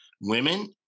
Women